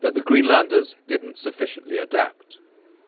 that the greenlanders didn't sufficiently adapt